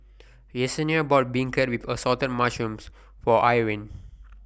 Yessenia bought Beancurd with Assorted Mushrooms For Irine